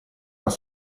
alla